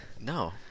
No